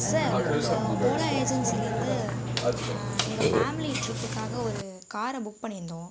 sir உங்கள் ஓலா ஏஜெஸ்சிலேந்து எங்கள் ஃபேமிலி ட்ரிப்புக்காக ஒரு காரை புக் பண்ணியிருந்தோம்